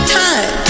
time